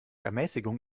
ermäßigung